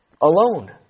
alone